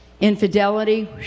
Infidelity